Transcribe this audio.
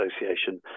Association